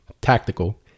tactical